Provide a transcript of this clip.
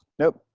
nope.